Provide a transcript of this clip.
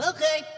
Okay